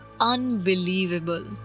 unbelievable